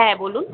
হ্যাঁ বলুন